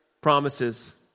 promises